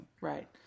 Right